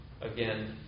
again